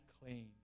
claim